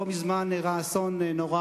לא מזמן אירע אסון נורא